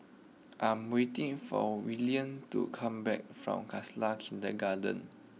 I'm waiting for Willene to come back from Khalsa Kindergarten